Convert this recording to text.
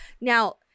Now